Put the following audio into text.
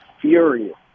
furious